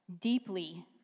deeply